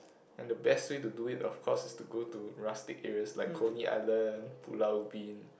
and the best way to do it of course is to go to rustic areas like Coney-Island Pulau-Ubin